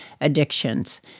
addictions